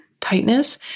tightness